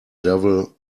devil